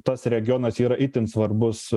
tas regionas yra itin svarbus